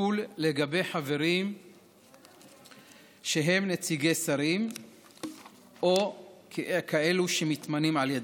שתחול על חברים שהם נציגי שרים או כאלה שמתמנים על ידם.